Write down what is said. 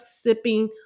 sipping